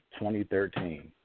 2013